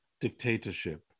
dictatorship